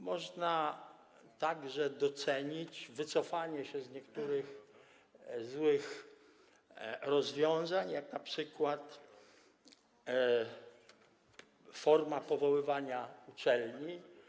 Można także docenić wycofanie się z niektórych złych rozwiązań, jak np. forma powoływania uczelni.